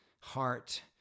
heart